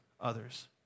others